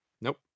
Nope